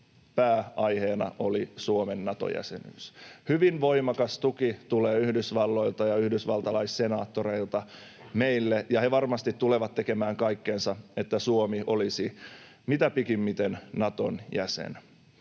pääaiheena oli Suomen Nato-jäsenyys. Hyvin voimakas tuki tulee Yhdysvalloilta ja yhdysvaltalaissenaattoreilta meille, ja he varmasti tulevat tekemään kaikkensa, että Suomi olisi mitä pikimmiten Naton jäsen.